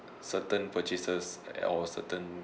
certain purchases or certain